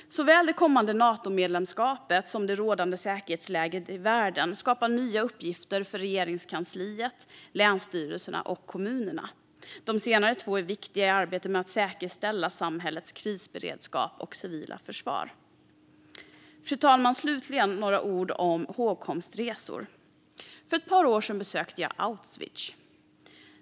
Såväl det kommande Natomedlemskapet som det rådande säkerhetsläget i världen skapar nya uppgifter för Regeringskansliet, länsstyrelserna och kommunerna. De senare två är viktiga i arbetet med att säkerställa samhällets krisberedskap och civila försvar. Fru talman! Slutligen några ord om hågkomstresor. För ett par år sedan besökte jag Auschwitz.